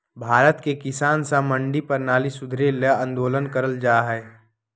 भारत के किसान स मंडी परणाली सुधारे ल आंदोलन कर रहल हए